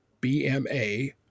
BMA